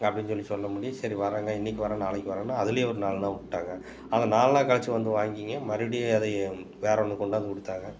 அப்படின்னு சொல்லி சொன்னமுடி சரி வர்றேங்க இன்னைக்கி வர்றேன் நாளைக்கி வர்றேன்னு அதுலேயே ஒரு நாலு நாள் விட்டாங்க ஆனால் நாலு நாள் கழித்து வந்து வாங்கிக்ங்க மறுபடியும் அதை வேறு ஒன்று கொண்டாந்து கொடுத்தாங்க